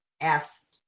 asked